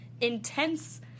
intense